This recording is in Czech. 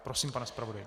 Prosím, pane zpravodaji.